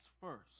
first